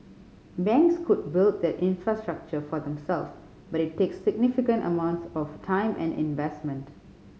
banks could build that infrastructure for themselves but it takes significant amounts of time and investment